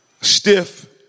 Stiff